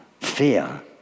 fear